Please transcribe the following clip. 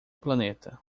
planeta